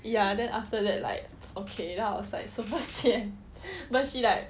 ya then after that like okay then I was like super sian but she like